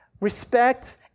respect